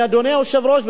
אדוני היושב-ראש,